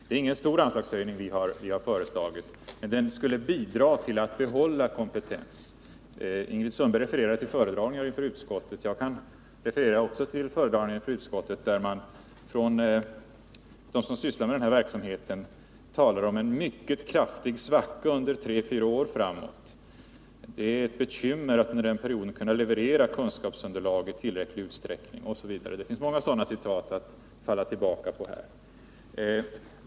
Det är ingen stor anslagshöjning vi har föreslagit, men den skulle bidra till att behålla kompetens. Ingrid Sundberg refererar till föredragningar i utskottet, och det kan också jag göra. De som sysslar med denna verksamhet talar om en mycket kraftig svacka under tre till fyra år framåt. Det är bekymmer med att under den perioden leverera kunskapsunderlag i tillräcklig utsträckning. Jag skulle kunna referera andra liknande uttalanden.